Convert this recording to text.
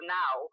now